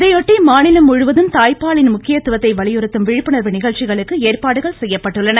இதையொட்டி மாநிலம் முழுவதும் தாய்ப்பாலின் முக்கியத்துவத்தை வலியுறுத்தும் விழிப்புணர்வு நிகழ்ச்சிகளுக்கு ஏற்பாடுகள் செய்யப்பட்டுள்ளன